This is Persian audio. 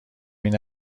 این